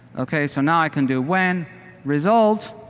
okay. so now i can do when result